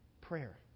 prayer